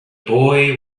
boy